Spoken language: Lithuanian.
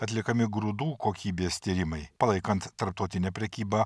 atliekami grūdų kokybės tyrimai palaikant tarptautinę prekybą